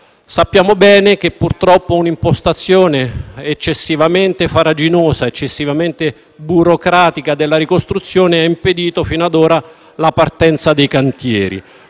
Sappiamo bene che, purtroppo, un'impostazione eccessivamente farraginosa e burocratica della ricostruzione ha impedito fino ad ora la partenza dei cantieri.